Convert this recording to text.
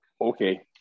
okay